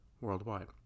worldwide